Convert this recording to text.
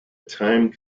time